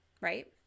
right